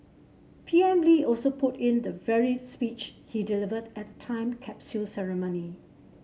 P M Lee also put in the very speech he delivered at the time capsule ceremony